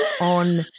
on